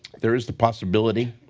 there is the possibility,